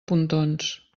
pontons